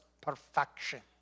perfection